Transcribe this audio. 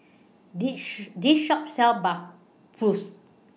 This Shop sells Bratwurst